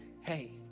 hey